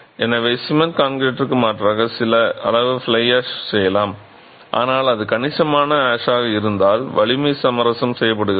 எனவே சிமென்ட் கான்கிரீட்டிற்கு மாற்றாக சில அளவு ஃப்ளை ஆஷை செய்யலாம் ஆனால் அது கணிசமான அஷாக இருந்தால் வலிமை சமரசம் செய்யப்படுகிறது